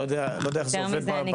לא יודע איך זה עובד במאגר.